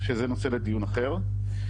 שזה נושא לדיון אחר.